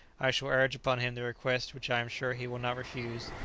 i shall urge upon him the request which i am sure he will not refuse,